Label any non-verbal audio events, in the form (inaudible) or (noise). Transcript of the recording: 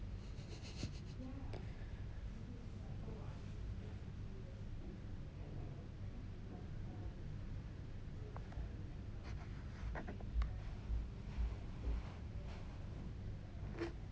(laughs)